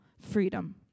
freedom